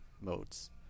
modes